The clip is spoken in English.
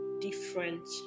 different